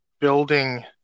building